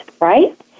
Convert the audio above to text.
right